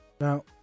Now